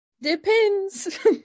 depends